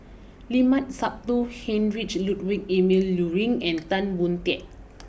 Limat Sabtu Heinrich Ludwig Emil Luering and Tan Boon Teik